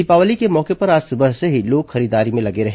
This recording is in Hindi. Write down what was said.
दीपावली के मौके पर आज सुबह से ही लोग खरीदारी में लगे रहे